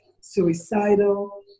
suicidal